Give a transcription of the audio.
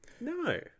no